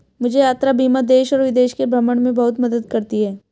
मुझे यात्रा बीमा देश और विदेश के भ्रमण में बहुत मदद करती है